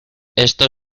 esto